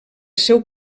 seu